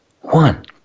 one